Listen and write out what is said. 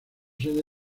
sede